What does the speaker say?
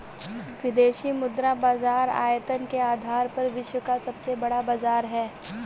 विदेशी मुद्रा बाजार आयतन के आधार पर विश्व का सबसे बड़ा बाज़ार है